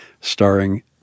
starring